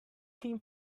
team